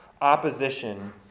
opposition